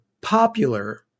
popular